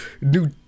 new